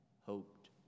hoped